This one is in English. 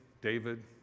David